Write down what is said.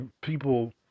people